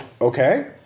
okay